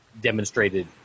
demonstrated